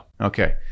Okay